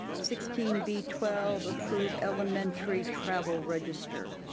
sixteen b twelve, approve elementary travel register.